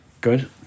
Good